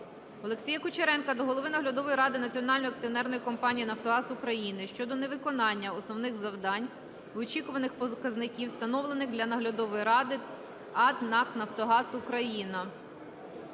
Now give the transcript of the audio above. Олексія Кучеренка до голови наглядової ради Національної акціонерної компанії “Нафтогаз України” щодо невиконання основних завдань і очікуваних показників, встановлених для наглядової ради АТ "НАК "Нафтогаз України".